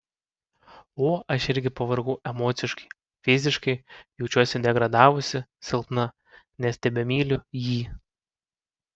o aš irgi pavargau emociškai fiziškai jaučiuosi degradavusi silpna nes tebemyliu jį